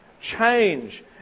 change